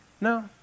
No